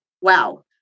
wow